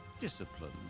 discipline